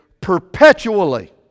Perpetually